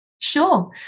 sure